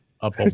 Up